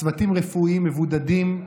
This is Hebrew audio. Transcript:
צוותים רפואיים מבודדים,